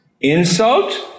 insult